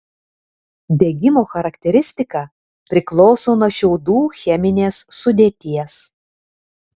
degimo charakteristika priklauso nuo šiaudų cheminės sudėties